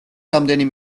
რამდენი